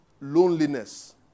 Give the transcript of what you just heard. loneliness